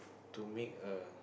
to make a